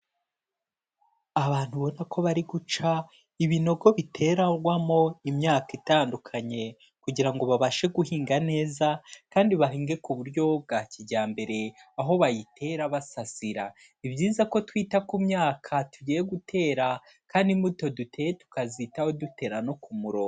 Abantu ubona ko bari guca ibinogo biterarwamo imyaka itandukanye, kugira ngo babashe guhinga neza kandi bahinge ku buryo bwa kijyambere, aho bayitera basasira. Ni byiza ko twita ku myaka tugiye gutera, kandi imbuto duteye tukazitaho, dutera no ku murongo.